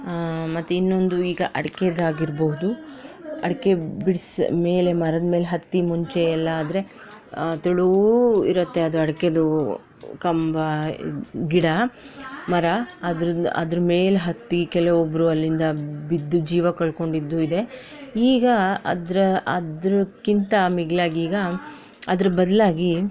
ಮತ್ತು ಇನ್ನೊಂದು ಈಗ ಅಡಿಕೆದಾಗಿರ್ಬೌದು ಅಡಿಕೆ ಬಿಡ್ಸಿ ಮೇಲೆ ಮರದ ಮೇಲೆ ಹತ್ತಿ ಮುಂಚೆ ಎಲ್ಲ ಆದರೆ ತೆಳೂ ಇರುತ್ತೆ ಅದು ಅಡಿಕೇದು ಕಂಬ ಗಿಡ ಮರ ಅದ್ರದ್ ಅದ್ರ ಮೇಲೆ ಹತ್ತಿ ಕೆಲವೊಬ್ರು ಅಲ್ಲಿಂದ ಬಿದ್ದು ಜೀವ ಕಳಕೊಂಡಿದ್ದೂ ಇದೆ ಈಗ ಅದರ ಅದ್ರಕ್ಕಿಂತ ಮಿಗಿಲಾಗಿ ಈಗ ಅದ್ರ ಬದಲಾಗಿ